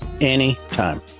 Anytime